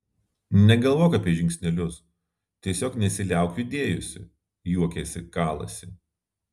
negalvok apie žingsnelius tiesiog nesiliauk judėjusi juokėsi kalasi